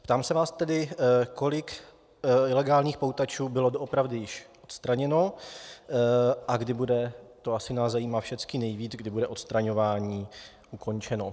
Ptám se vás tedy, kolik legálních poutačů bylo doopravdy již odstraněno a kdy bude to asi nás zajímá všechny nejvíc odstraňování ukončeno.